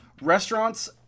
Restaurants